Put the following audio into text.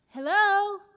hello